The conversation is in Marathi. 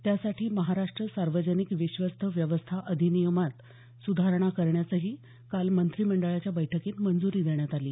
त्यासाठी महाराष्ट सार्वजनिक विश्वस्त व्यवस्था अधिनियमात सुधारणा करण्यासही काल मंत्रिमंडळाच्या बैठकीत मंजुरी देण्यात आली